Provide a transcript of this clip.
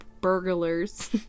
burglars